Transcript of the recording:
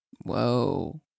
Whoa